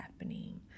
happening